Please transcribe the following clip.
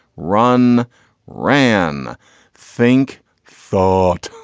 run ran think thought.